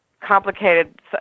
complicated